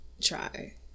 try